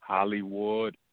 Hollywood